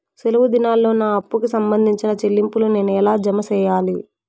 సెలవు దినాల్లో నా అప్పుకి సంబంధించిన చెల్లింపులు నేను ఎలా జామ సెయ్యాలి?